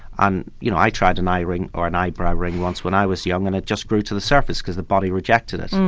you know i tried an eye ring or an eyebrow ring once when i was young and it just grew to the surface because the body rejected it.